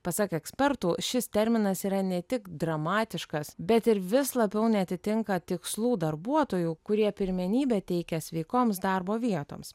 pasak ekspertų šis terminas yra ne tik dramatiškas bet ir vis labiau neatitinka tikslų darbuotojų kurie pirmenybę teikia sveikoms darbo vietoms